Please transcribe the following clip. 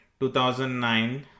2009